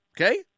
Okay